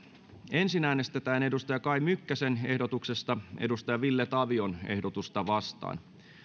ensin äänestetään kai mykkäsen ehdotuksesta ville tavion ehdotusta vastaan